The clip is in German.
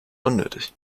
unnötig